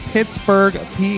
Pittsburgh